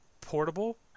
portable